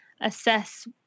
assess